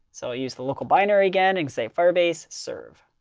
so use the local binary again and say firebase serve.